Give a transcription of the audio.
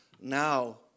Now